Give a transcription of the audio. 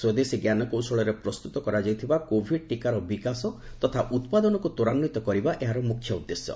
ସ୍ୱଦେଶୀ ଜ୍ଞାନକୌଶଳରେ ପ୍ରସ୍ତୁତ କରାଯାଇଥିବା କୋଭିଡ୍ ଟିକାର ବିକାଶ ତଥା ଉତ୍ପାଦନକୁ ତ୍ୱରାନ୍ୱିତ କରିବା ଏହାର ମୁଖ୍ୟ ଉଦ୍ଦେଶ୍ୟ